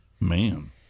Man